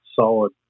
solid